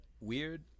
weird